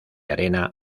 arena